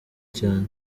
cyane